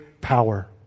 power